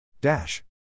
Dash